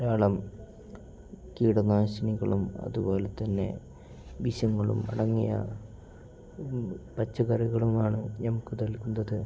ധാരാളം കീടനാശിനികളും അതുപോലെ തന്നെ വിഷങ്ങളും അടങ്ങിയ പച്ചക്കറികളുമാണു നമുക്കു നൽകുന്നത്